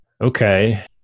Okay